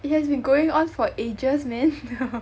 it has been going on for ages man